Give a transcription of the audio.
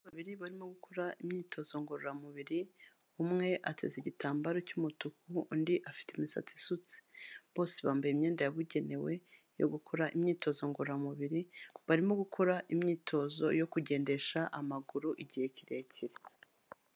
Babiri barimo gukora imyitozo ngororamubiri. Umwe ateze igitambaro cy'umutuku undi afite imisatsi isutse. Bose bambaye imyenda yabugenewe yo gukora imyitozo ngororamubiri, barimo gukora imyitozo yo kugendesha amaguru igihe kirekire.